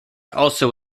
also